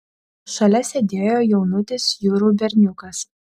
šalia sėdėjo jaunutis jurų berniukas